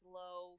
low